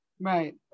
Right